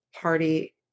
party